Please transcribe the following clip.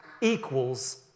equals